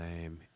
name